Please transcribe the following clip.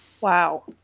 Wow